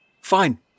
Fine